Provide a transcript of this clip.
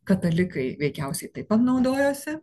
katalikai veikiausiai taip pat naudojosi